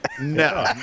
No